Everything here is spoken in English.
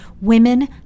Women